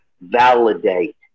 validate